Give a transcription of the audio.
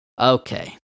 Okay